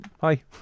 hi